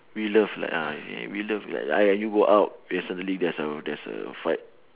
we love lah ah we we love like like when you go out recently there's a there's a fight